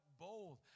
bold